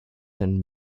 and